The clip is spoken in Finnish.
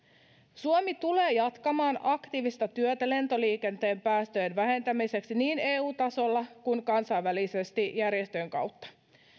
suomi tulee jatkamaan aktiivista työtä lentoliikenteen päästöjen vähentämiseksi niin eu tasolla kuin kansainvälisesti järjestöjen kautta